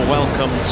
welcome